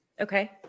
Okay